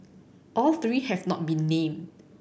all three have not been named